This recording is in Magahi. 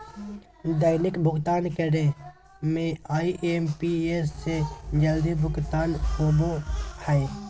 दैनिक भुक्तान करे में आई.एम.पी.एस से जल्दी भुगतान होबो हइ